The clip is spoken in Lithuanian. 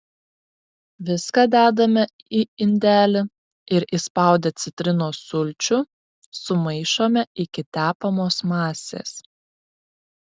viską dedame į indelį ir įspaudę citrinos sulčių sumaišome iki tepamos masės